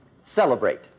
celebrate